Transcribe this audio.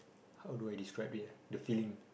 how do I describe it eh the feeling